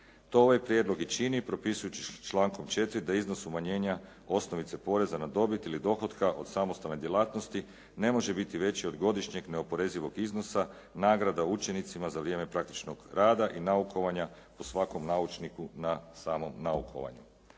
To ovaj prijedlog i čini propisujući člankom 4. da iznos umanjenja osnovice poreza na dobit ili dohotka od samostalne djelatnosti ne može biti veći od godišnjeg neoporezivog iznosa, nagrada učenicima za vrijeme praktičnog rada i naukovanja po svakom naučniku na samom naukovanju.